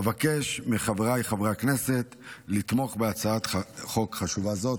אבקש מחבריי חברי הכנסת לתמוך בהצעת חוק חשובה זו.